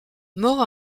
mort